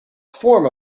form